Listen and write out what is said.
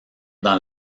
dans